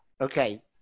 Okay